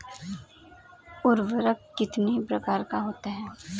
उर्वरक कितने प्रकार का होता है?